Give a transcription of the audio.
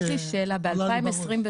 שאלה, ב-2023,